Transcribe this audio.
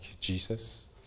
Jesus